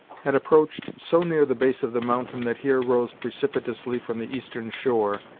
had approached so near the base of the mountain that here rose precipitously from the eastern shore,